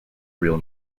real